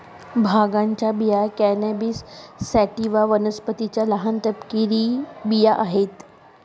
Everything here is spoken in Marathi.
भांगाच्या बिया कॅनॅबिस सॅटिवा वनस्पतीच्या लहान, तपकिरी बिया आहेत